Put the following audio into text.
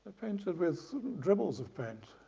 painted with dribbles of paint,